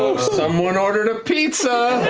someone ordered a pizza.